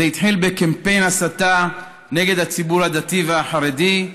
זה התחיל בקמפיין הסתה נגד הציבור הדתי והחרדי,